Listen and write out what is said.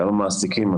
גם המעסיקים.